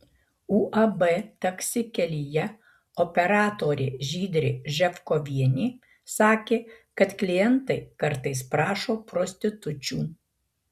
uab taksi kelyje operatorė žydrė ževkovienė sakė kad klientai kartais prašo prostitučių